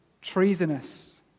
treasonous